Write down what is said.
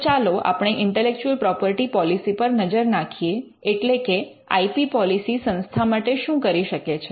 તો ચાલો આપણે ઇન્ટેલેક્ચુઅલ પ્રોપર્ટી પૉલીસી પર નજર નાખીએ એટલે કે આઇ પી પૉલીસી સંસ્થા માટે શું કરી શકે છે